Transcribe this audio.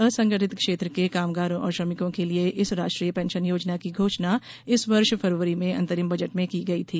असंगठित क्षेत्र के कामगारों और श्रमिकों के लिए इस राष्ट्रीय पेंशन योजना की घोषणा इस वर्ष फरवरी में अंतरिम बजट में की गई थी